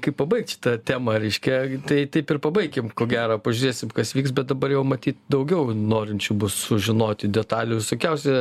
kaip pabaigt šitą temą reiškia tai taip ir pabaikim ko gero pažiūrėsim kas vyks bet dabar jau matyt daugiau norinčių bus sužinoti detalių visokiausi